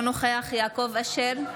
אינו נוכח יעקב אשר,